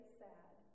sad